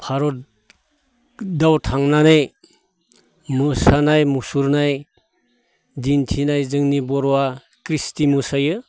भारतआव थांनानै मोसानाय मुसुरनाय दिन्थिनाय जोंनि बर'आ ख्रिस्थि मोसायो